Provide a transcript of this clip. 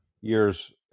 years